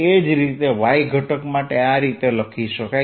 એ જ રીતે y ઘટક માટે આ રીતે લખી શકાય